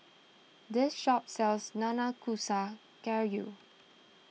this shop sells Nanakusa Gayu